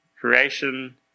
creation